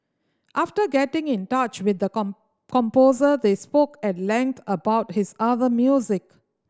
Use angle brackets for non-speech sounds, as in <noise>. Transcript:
after getting in touch with the <unintelligible> composer they spoke at length about his other music